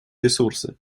ресурсы